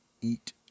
eat